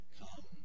come